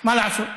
מה לעשות?